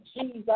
Jesus